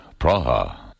Praha